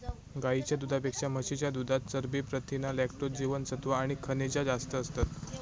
गाईच्या दुधापेक्षा म्हशीच्या दुधात चरबी, प्रथीना, लॅक्टोज, जीवनसत्त्वा आणि खनिजा जास्त असतत